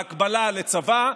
בהקבלה לצבא,